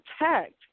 protect